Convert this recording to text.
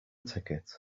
ticket